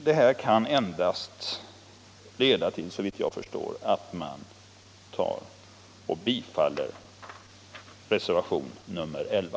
Detta kan såvitt jag förstår endast leda till ett bifall till reservationen 11.